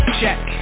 check